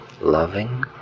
Loving